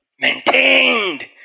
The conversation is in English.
Maintained